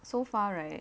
so far right